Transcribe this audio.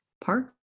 Park